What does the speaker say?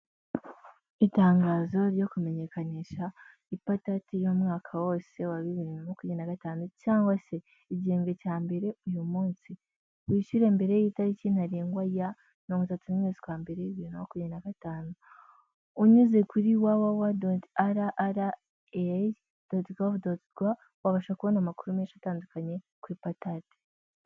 Itangazo ryo kumenyekanisha ipatanti y'umwaka wose wa bibiri na makumyabiri na gatanu cyangwa se igihembwe cya mbere uyu munsi. Wishyure mbere y'itariki ntarengwa ya mirongo itatu n'imwe ukwezi kwa mbere bibiri na makumyabiri na gatanu, unyuze kuri wa wa wa , akadomo ara ara eyi, akadomo govu. rwa wabasha kubona amakuru menshi atandukanye ku ipatate.